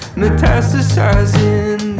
metastasizing